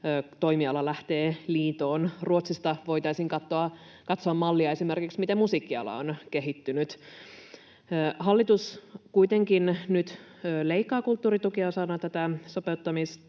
toimiala lähtee liitoon. Ruotsista voitaisiin katsoa mallia esimerkiksi, miten musiikkiala on kehittynyt. Hallitus kuitenkin nyt leikkaa kulttuuritukia osana tätä sopeuttamista,